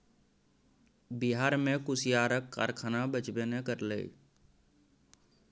बिहार मे कुसियारक कारखाना बचबे नै करलै